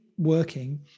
working